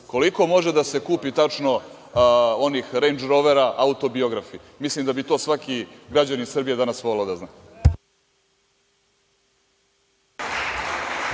koliko može da se kupi tačno onih Rendž Rovera Autobiografi? Mislim da bi to svaki građanin Srbije danas voleo da zna.